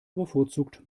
bevorzugt